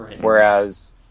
whereas